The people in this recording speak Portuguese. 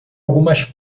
algumas